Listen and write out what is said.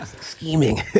Scheming